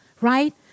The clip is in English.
Right